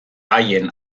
haien